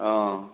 অঁ